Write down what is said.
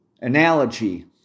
analogy